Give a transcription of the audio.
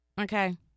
okay